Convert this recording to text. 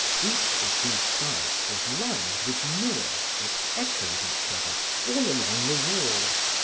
each of whose sides was lined with mirrors that echoed each other all along the walls,